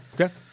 Okay